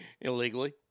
illegally